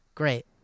Great